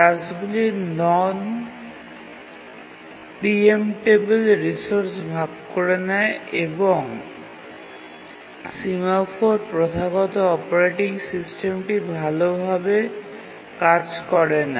টাস্কগুলি non preemptable resource ভাগ করে নেয় এবং সিমফোর প্রথাগত অপারেটিং সিস্টেমটি ভালভাবে কাজ করে না